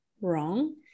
wrong